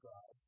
God